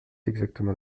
exactement